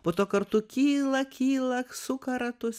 po to kartu kyla kyla suka ratus